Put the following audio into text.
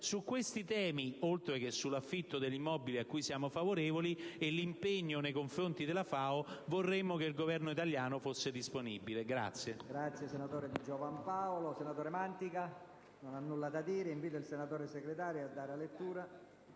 Su questi temi, oltre che sull'affitto dell'immobile, cui siamo favorevoli, e sull'impegno nei confronti della FAO, vorremmo che il Governo italiano fosse disponibile.